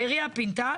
העירייה פינתה,